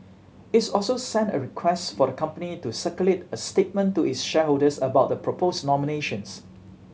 its also sent a request for the company to circulate a statement to its shareholders about the proposed nominations